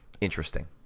Interesting